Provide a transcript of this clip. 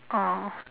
oh